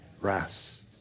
rest